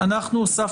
העניין: